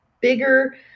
bigger